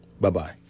Bye-bye